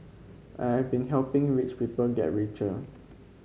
I'd been helping rich people get richer